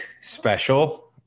special